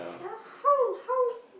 ya how how